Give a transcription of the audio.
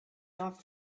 not